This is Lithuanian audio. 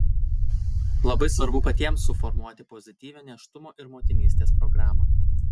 labai svarbu patiems suformuoti pozityvią nėštumo ir motinystės programą